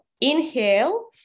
inhale